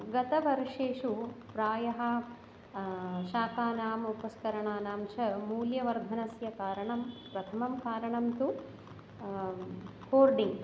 गतवर्षेषु प्रायः शाकानाम् उपस्करणानां च मूल्यवर्धनस्य कारणं प्रथमं कारणं तु होर्डि